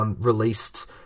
Released